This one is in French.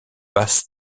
basse